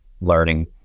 learning